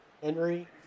Henry